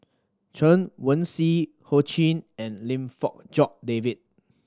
Chen Wen Hsi Ho Ching and Lim Fong Jock David